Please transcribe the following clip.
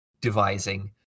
devising